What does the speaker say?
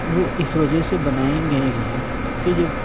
وہ اس وجہ سے بنائے گئے ہیں کہ جب